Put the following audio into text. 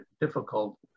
difficult